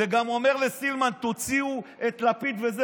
וגם אומר לסילמן: תוציאו את לפיד וזה,